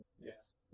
Yes